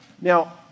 Now